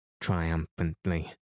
triumphantly